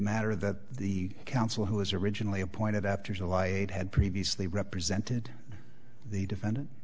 matter that the counsel who was originally appointed after july eighth had previously represented the defendant